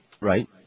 Right